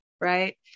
right